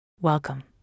Welcome